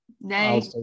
Nay